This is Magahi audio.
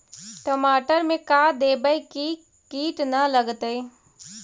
टमाटर में का देबै कि किट न लगतै?